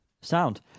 Sound